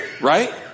Right